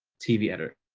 tv editor.